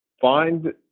find